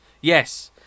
yes